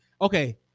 okay